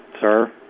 Sir